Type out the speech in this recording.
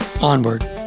Onward